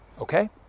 okay